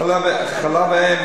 חלב אם,